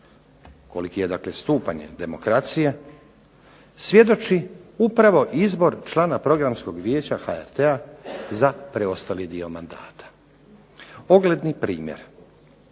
koliki je stupanj demokracije svjedoči upravo izbor člana Programskog vijeća HRT-a za preostali dio mandata, ogledni primjer.